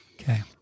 Okay